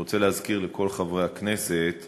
אני רוצה להזכיר לכל חברי הכנסת